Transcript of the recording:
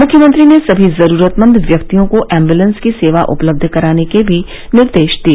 मुख्यमंत्री ने सभी जरूरतमंद व्यक्तियों को एम्बूलेंस की सेवा उपलब्ध कराने के भी निर्देश दिए